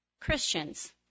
Christians